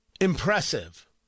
Impressive